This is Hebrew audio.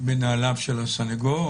בנעליו של הסנגור.